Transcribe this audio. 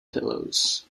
pillows